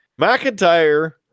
McIntyre